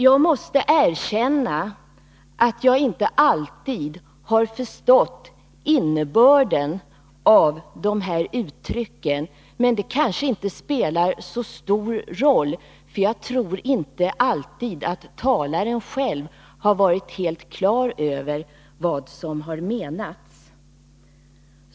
Jag måste erkänna att jag inte alltid har förstått innebörden av de här uttrycken — men det kanske inte spelar så stor roll, för jag tror inte att talaren själv alltid har varit helt klar över vad som har menats.